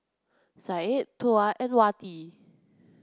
Syed Tuah and Wati